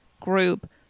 group